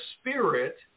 spirit